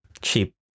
cheap